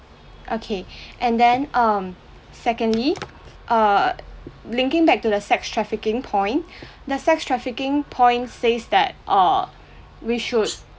okay and then um secondly err linking back to the sex trafficking point the sex trafficking point says that err we should